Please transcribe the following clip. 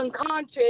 unconscious